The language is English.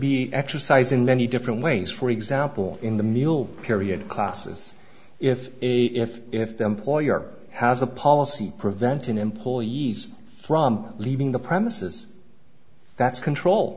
be exercised in many different ways for example in the meal period classes if a if if the employer has a policy preventing employees from leaving the premises that's control